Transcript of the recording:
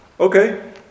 Okay